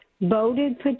voted